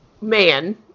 man